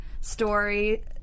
story